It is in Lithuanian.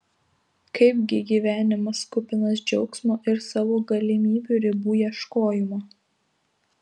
kaipgi gyvenimas kupinas džiaugsmo ir savo galimybių ribų ieškojimo